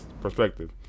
perspective